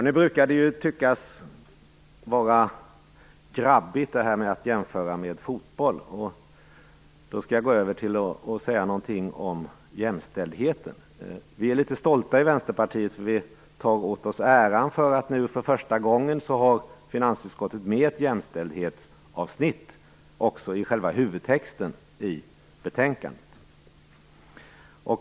Nu brukar det ju anses grabbigt att jämföra med fotboll. Jag skall gå över till att säga något om jämställdheten. Vi i Vänsterpartiet är litet stolta, för vi tar åt oss äran av att finansutskottet nu för första gången har med ett jämställdhetsavsnitt i själva huvudtexten i betänkandet.